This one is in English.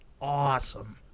awesome